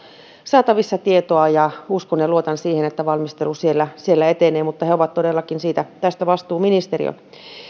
saatavissa tietoa ja uskon ja luotan siihen että valmistelu siellä siellä etenee mutta he ovat todellakin siinä vastuuministeriö